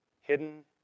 hidden